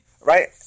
Right